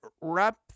wrap